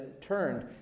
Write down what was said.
turned